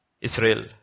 Israel